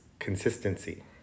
consistency